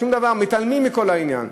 שום דבר, מתעלמים מכל העניין.